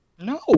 No